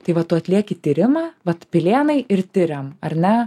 tai va tu atlieki tyrimą vat pilėnai ir tiriam ar ne